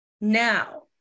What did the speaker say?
Now